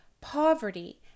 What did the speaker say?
poverty